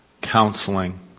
counseling